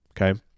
okay